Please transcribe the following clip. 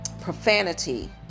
profanity